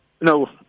No